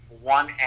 one